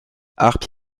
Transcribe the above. harpe